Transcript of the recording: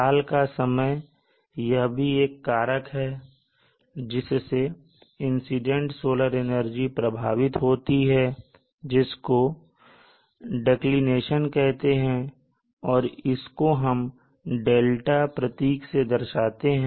साल का समय यह भी एक कारक है जिससे इंसीडेंट सोलर एनर्जी प्रभावित होती है जिसको डिक्लिनेशन कहते हैं और इसको हम δ प्रतीक से दर्शाते हैं